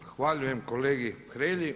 Zahvaljujem kolegi Hrelji.